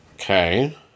Okay